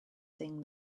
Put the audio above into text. sing